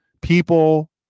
People